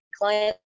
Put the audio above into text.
client